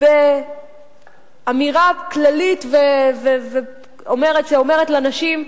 באמירה כללית שאומרת לנשים: